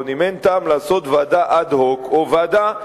אם אין טעם לעשות ועדה אד-הוק או ועדה,